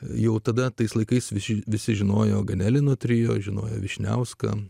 jau tada tais laikais visi visi žinojo ganelino trio žinojo vyšniauską